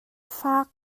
faak